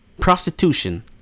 prostitution